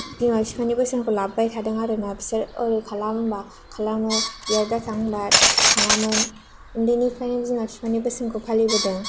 बिमा बिफानि बोसोनखौ लाबोबाय थादों आरो ना बिसोर ओरै खालाम होनबा खालामो बेयाव दाथां होनबा थाङामोन उन्दैनिफ्रायनो बिमा बिफानि बोसोनखौ फालिबोदों